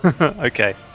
Okay